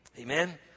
Amen